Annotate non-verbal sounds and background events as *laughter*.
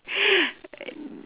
*noise*